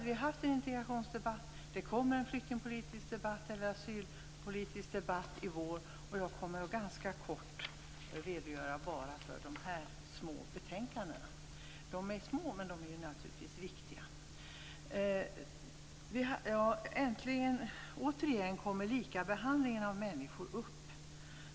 Vi har haft en integrationsdebatt, och det kommer en asylpolitisk debatt i vår. Jag kommer därför bara att ganska kort redogöra för de här små - men naturligtvis viktiga - betänkandena. Under utgiftsområde 8 kommer återigen likabehandlingen av människor upp.